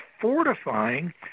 fortifying